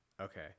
Okay